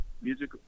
music